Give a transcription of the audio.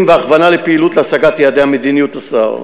והכוונה לפעילות להשגת יעדי מדיניות השר.